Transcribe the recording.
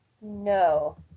No